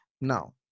Now